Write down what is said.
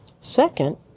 Second